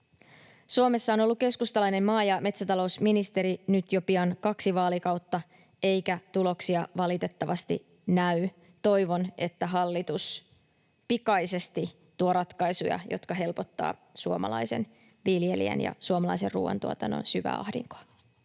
Suomessa on ollut keskustalainen maa- ja metsätalousministeri nyt jo pian kaksi vaalikautta, eikä tuloksia valitettavasti näy. Toivon, että hallitus pikaisesti tuo ratkaisuja, jotka helpottavat suomalaisen viljelijän ja suomalaisen ruoantuotannon syvä ahdinkoa.